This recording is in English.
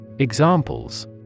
Examples